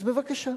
אז בבקשה.